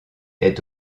est